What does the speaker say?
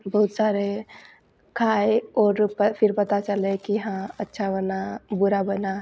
बहुत सारे खाए और पर फिर पता चले कि हाँ अच्छा बना बुरा बना